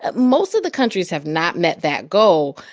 ah most of the countries have not met that goal.